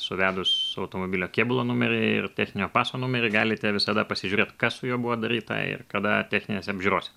suvedus automobilio kėbulo numerį ir techninio paso numerį galite visada pasižiūrėt kas su juo buvo daryta ir kada techninėse apžiūrose